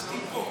אשתי פה,